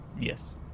Yes